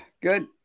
good